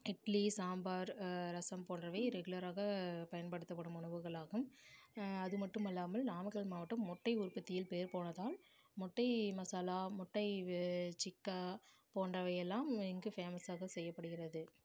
இட்லி சாம்பார் ரசம் போன்றவை ரெகுலராக பயன்படுத்தப்படும் உணவுகளாகும் அது மட்டும் அல்லாமல் நாமக்கல் மாவட்டம் முட்டை உற்பத்தியில் பெயர் போனதால் முட்டை மசாலா முட்டை வே சிக்கா போன்றவை எல்லாம் இங்கு ஃபேமஸாக செய்யப்படுகிறது